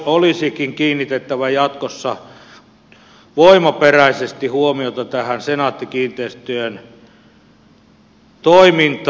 olisikin kiinnitettävä jatkossa voimaperäisesti huomiota tähän senaatti kiinteistöjen toimintaan